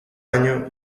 años